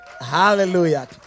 Hallelujah